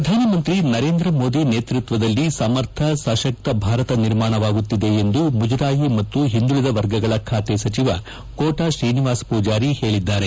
ಪ್ರಧಾನಮಂತ್ರಿ ನರೇಂದ್ರ ಮೋದಿ ನೇತೃತ್ವದಲ್ಲಿ ಸಮರ್ಥ ಸಶಕ್ತ ಭಾರತ ನಿರ್ಮಾಣವಾಗುತ್ತಿದೆ ಎಂದು ಮುಜರಾಯಿ ಮತ್ತು ಹಿಂದುಳಿದ ವರ್ಗಗಳ ಖಾತೆ ಸಚಿವ ಕೋಟಾ ಶ್ರೀನಿವಾಸ ಪೂಜಾರಿ ಹೇಳಿದ್ದಾರೆ